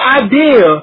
idea